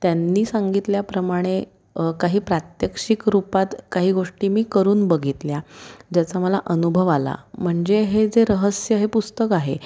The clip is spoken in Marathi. त्यांनी सांगितल्याप्रमाणे काही प्रात्यक्षिकरूपात काही गोष्टी मी करून बघितल्या ज्याचा मला अनुभव आला म्हणजे हे जे रहस्य हे पुस्तक आहे